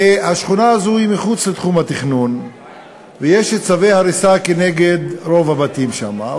השכונה הזו היא מחוץ לתחום התכנון ויש צווי הריסה נגד רוב הבתים שם.